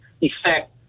effect